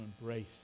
embrace